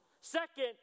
Second